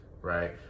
right